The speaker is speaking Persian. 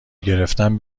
گرفتن